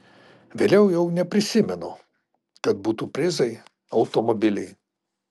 vėliau jau neprisimenu kad būtų prizai automobiliai